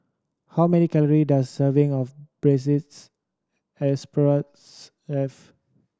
how many calory does a serving of braised have